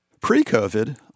Pre-COVID